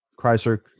Chrysler